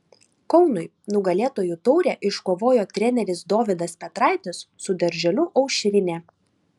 kaunui nugalėtojų taurę iškovojo treneris dovydas petraitis su darželiu aušrinė